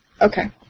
Okay